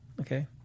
okay